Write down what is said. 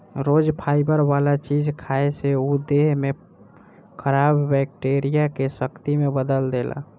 रोज fibre वाला चीज खाए से उ देह में खराब बैक्टीरिया के शक्ति में बदल देला